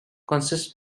consists